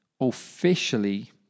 Officially